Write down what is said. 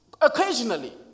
occasionally